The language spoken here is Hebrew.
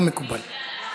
לא מקובל.